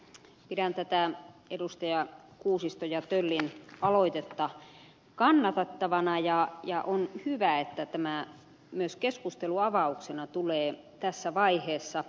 pidän tätä edustajien kuusiston ja töllin aloitetta kannatettavana ja on hyvä että tämä myös keskustelunavauksena tulee tässä vaiheessa